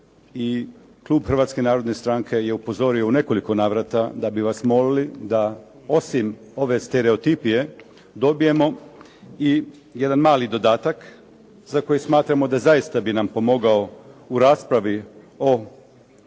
Klub Hrvatske narodne stranke je upozorio u nekoliko navrata da bi vas molili da osim ove stereotipije dobijemo i jedan mali dodatak za koji smatramo da bi zaista pomogao u raspravi o